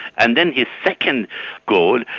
and then his second goal,